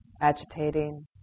agitating